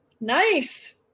Nice